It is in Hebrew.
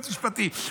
יועץ משפטי,